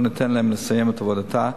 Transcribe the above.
בואו ניתן לה לסיים את עבודתה.